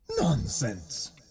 Nonsense